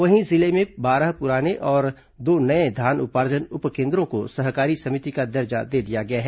वहीं जिले में बारह पुराने और दो नये धान उपार्जन उप केन्द्रों को सहकारी समिति का दर्जा दे दिया गया है